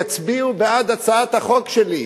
יצביעו בעד הצעת החוק שלי.